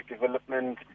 development